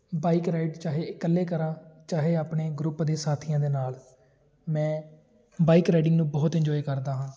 bike ride ਚਾਹੇ ਇਕੱਲੇ ਕਰਾਂ ਚਾਹੇ ਆਪਣੇ ਗਰੁੱਪ ਦੇ ਸਾਥੀਆਂ ਦੇ ਨਾਲ ਮੈਂ ਬਾਈਕ ਰਾਈਡਿੰਗ ਨੂੰ ਬਹੁਤ ਇੰਜੋਏ ਕਰਦਾ ਹਾਂ